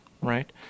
Right